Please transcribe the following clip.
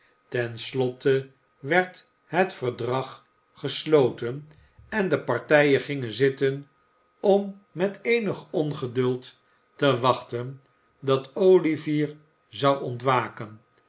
slotte werd het verdrag gesloten en de partijen gingen zitten om met eenig ongeduld te wachten dat olivier zou ontwaken